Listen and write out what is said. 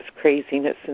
craziness